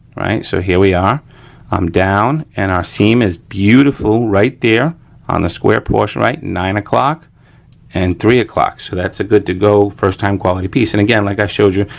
right, so here we are i'm down and our seam is beautiful right there on the square portion, right, nine o'clock and three o'clock so that's a good to go first time quality piece and again, like i showed you,